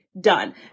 done